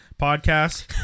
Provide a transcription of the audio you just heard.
podcast